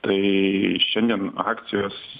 tai šiandien akcijos